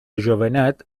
jovenet